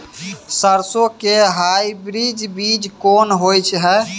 सरसो के हाइब्रिड बीज कोन होय है?